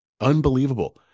unbelievable